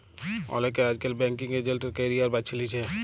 অলেকে আইজকাল banking agent এর ক্যারিয়ার বাছে লিছে